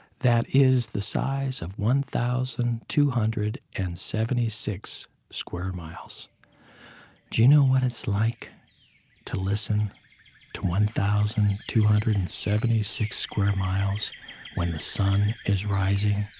that is the size of one thousand two hundred and seventy six square miles. do you know what it's like to listen to one thousand two hundred and seventy six square miles when the sun is rising?